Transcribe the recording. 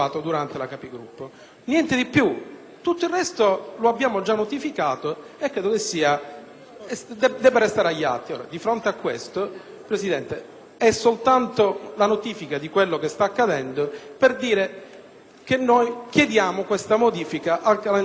Tutto il resto lo abbiamo già notificato e credo che debba restare agli atti. Signor Presidente, è soltanto la notifica di quello che sta accadendo: noi chiediamo una modifica del calendario dei lavori che voi avete approvato.